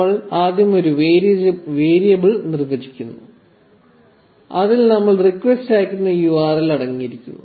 നമ്മൾ ആദ്യം ഒരു വേരിയബിൾ നിർവ്വചിക്കുന്നു അതിൽ നമ്മൾ റിക്വസ്റ്റ് അയയ്ക്കുന്ന URL അടങ്ങിയിരിക്കുന്നു